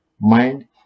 mind